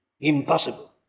Impossible